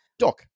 Doc